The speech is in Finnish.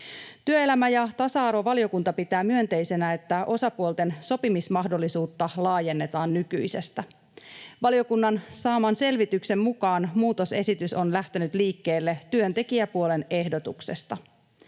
Työelämä- ja tasa-arvovaliokunta pitää myönteisenä, että osapuolten sopimismahdollisuutta laajennetaan nykyisestä. Valiokunnan saaman selvityksen mukaan muutosesitys on lähtenyt liikkeelle työntekijäpuolen ehdotuksesta.